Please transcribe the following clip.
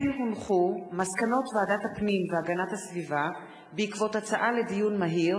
מסקנות ועדת הפנים והגנת הסביבה בעקבות דיון מהיר